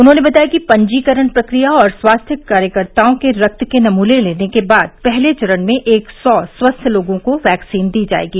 उन्होंने बताया कि पंजीकरण प्रक्रिया और स्वास्थ्य कार्यकर्ताओं के रक्त के नमूने लेने के बाद पहले चरण में एक सौ स्वस्थ लोगों को वैक्सीन दी जाएगी